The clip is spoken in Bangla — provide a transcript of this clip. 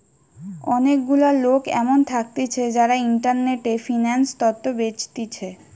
অনেক গুলা লোক এমন থাকতিছে যারা ইন্টারনেটে ফিন্যান্স তথ্য বেচতিছে